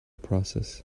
process